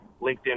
LinkedIn